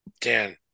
Dan